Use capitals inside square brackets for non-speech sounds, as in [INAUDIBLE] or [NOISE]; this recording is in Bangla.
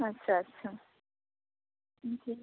আচ্ছা আচ্ছা [UNINTELLIGIBLE]